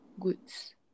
goods